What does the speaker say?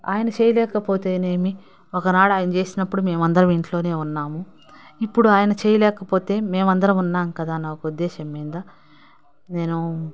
ఆయన చేయలేకపోతేనేమి ఒక నాడు ఆయన చేసినప్పుడు మేమందరం ఇంట్లోనే ఉన్నాము ఇప్పుడు ఆయన చేయలేకపోతే మేము అందరం ఉన్నాం కదా అని ఒక ఉద్దేశం మీద నేను